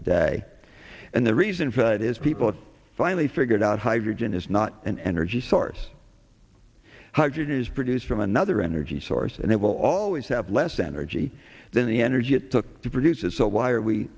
today and the reason for that is people finally figured out hydrogen is not an energy source hydrogen is produced from another energy source and it will always have less energy than the energy it took to produce it so why are we